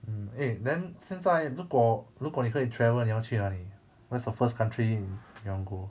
mm eh then 现在如果如果你可以 travel 你要去哪里 what is the first country 你 you want go